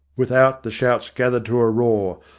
without, the shouts gathered to a roar,